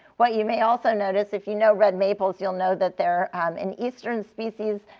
what you may also notice, if you know red maples, you'll know that they're an eastern species.